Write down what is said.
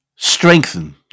strengthen